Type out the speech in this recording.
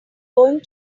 going